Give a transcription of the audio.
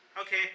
okay